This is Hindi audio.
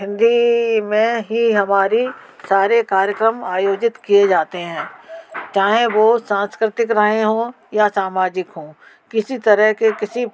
हिन्दी में ही हमारे सारे कार्यक्रम आयोजित किए जाते हैं चाहे वो सांस्कृतिक राहे हों या सामाजिक हों किसी तरह के किसी